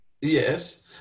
Yes